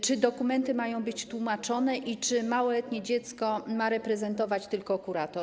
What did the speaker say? Czy dokumenty mają być tłumaczone i czy małoletnie dziecko ma reprezentować tylko kurator?